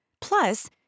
Plus